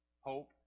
Hope